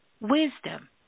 wisdom